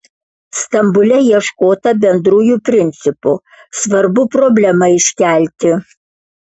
stambule ieškota bendrųjų principų svarbu problemą iškelti